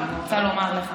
אני רוצה לומר לך